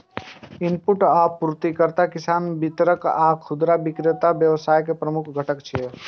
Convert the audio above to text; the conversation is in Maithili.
इनपुट आपूर्तिकर्ता, किसान, वितरक आ खुदरा विक्रेता कृषि व्यवसाय के प्रमुख घटक छियै